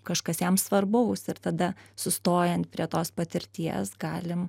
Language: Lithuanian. kažkas jam svarbaus ir tada sustojant prie tos patirties galim